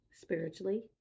spiritually